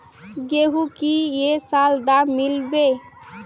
गेंहू की ये साल दाम मिलबे बे?